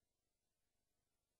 הממשלה לא צריכה לקצץ בתשתיות,